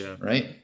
right